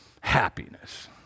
happiness